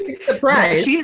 Surprise